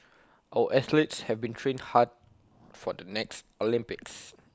our athletes have been trained hard for the next Olympics